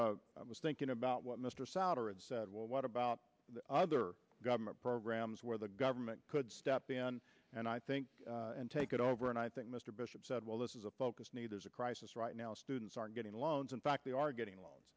of i was thinking about what mr souter and said well what about other government programs where the government could step in and i think and take it over and i think mr bishop said well this is a focus need there's a crisis right now students are getting loans in fact they are getting loans